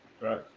Right